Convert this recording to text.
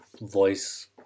voice